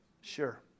Sure